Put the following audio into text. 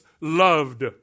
loved